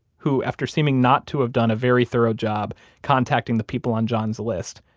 who, after seeming not to have done a very thorough job contacting the people on john's list,